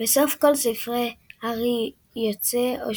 בסוף כל הספרים הארי יוצא מהוגוורטס,